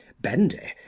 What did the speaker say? bendy